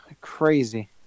crazy